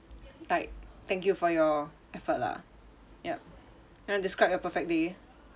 like thank you for your effort lah yup you want to describe your perfect day